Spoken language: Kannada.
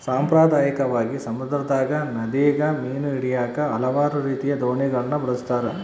ಸಾಂಪ್ರದಾಯಿಕವಾಗಿ, ಸಮುದ್ರದಗ, ನದಿಗ ಮೀನು ಹಿಡಿಯಾಕ ಹಲವಾರು ರೀತಿಯ ದೋಣಿಗಳನ್ನ ಬಳಸ್ತಾರ